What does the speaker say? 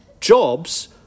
jobs